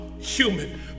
human